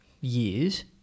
years